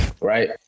Right